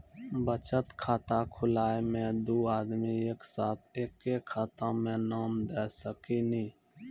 बचत खाता खुलाए मे दू आदमी एक साथ एके खाता मे नाम दे सकी नी?